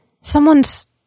someone's